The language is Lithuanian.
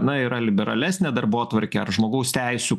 na yra liberalesnė darbotvarkė ar žmogaus teisių